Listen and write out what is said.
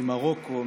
ממרוקו,